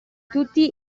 tutti